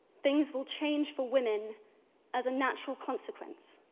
things will change for women as a natural consequence.